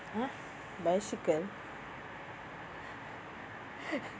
!huh! bicycle